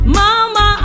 mama